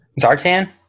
Zartan